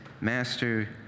Master